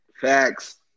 Facts